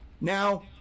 now